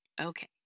Okay